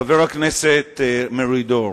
חבר הכנסת מרידור,